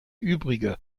übrige